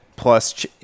plus